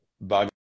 bug